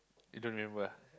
you don't remember ah